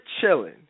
chilling